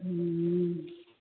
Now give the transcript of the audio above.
हूँ